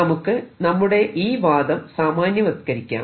നമുക്ക് നമ്മുടെ ഈ വാദം സാമാന്യവത്കരിക്കാം